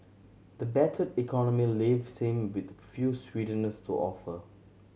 the battered economy leaves him with few sweeteners to offer